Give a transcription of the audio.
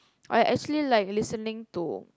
I actually like listening to